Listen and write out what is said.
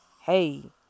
Hey